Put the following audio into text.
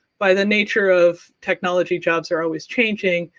by the nature of technology, jobs are always changing,